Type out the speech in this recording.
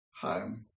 home